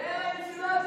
הנשיא ריבלין,